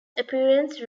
appearance